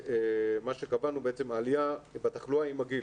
קבענו עלייה בתחלואה עם הגיל.